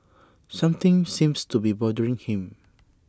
something seems to be bothering him